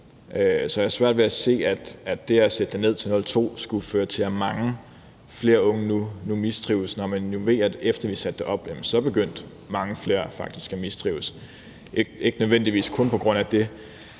Så jeg har svært ved at se, at det at sætte det ned til 02 skulle føre til, at mange flere unge nu mistrives, når man nu ved, at efter vi satte det op, begyndte mange flere faktisk at mistrives. Det er ikke nødvendigvis kun på grund af det,